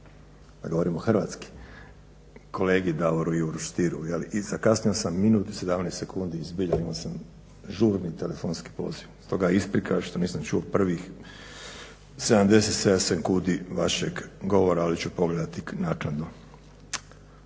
da govorimo hrvatski, kolegi Davoru Ivi Stieri i zakasnio sam minut i 17 sekundi, zbilja imao sam žurni telefonski poziv. Stoga isprika što nisam čuo prvih 77 sekundi vašeg govora ali ću pogledati naknadno.